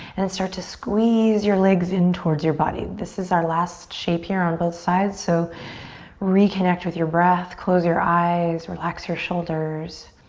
and then start to squeeze your legs in towards your body. this is our last shape here on both sides, so reconnect with your breath, close your eyes, relax your shoulders.